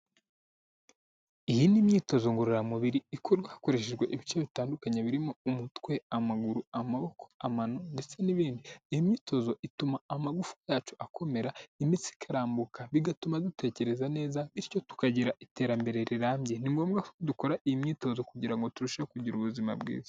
Iyi ni imyitozo ngororamubiri ikorwa hakoreshejwe ibice bitandukanye birimo umutwe, amaguru, amaboko, amano ndetse n'ibindi, iyi myitozo ituma amagufawa yacu akomera, imitsi ikambuka bigatuma dutekereza neza bityo tukagira iterambere rirambye, ni ngombwa dukora iyi myitozo kugira ngo turusheho kugira ubuzima bwiza.